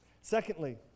Secondly